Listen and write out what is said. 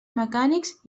mecànics